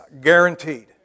guaranteed